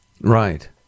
Right